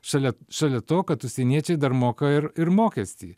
šalia šalia to kad užsieniečiai dar moka ir ir mokestį